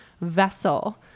vessel